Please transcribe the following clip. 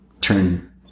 turn